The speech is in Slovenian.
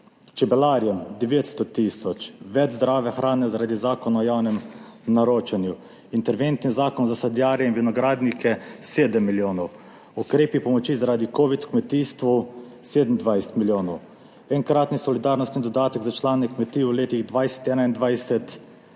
čebelarjem 900 tisoč, več zdrave hrane zaradi Zakona o javnem naročanju, interventni zakon za sadjarje in vinogradnike 7 milijonov, ukrepi pomoči zaradi covid v kmetijstvu 27 milijonov, enkratni solidarnostni dodatek za člane kmetij v letih 2020,